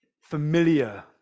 familiar